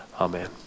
Amen